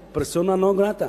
הוא פרסונה נון-גרטה,